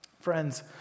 Friends